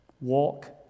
Walk